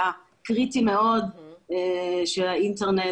היה קריטי מאוד האינטרנט,